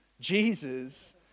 Jesus